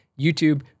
YouTube